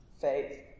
faith